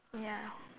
ya